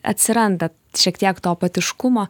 atsiranda šiek tiek to apatiškumo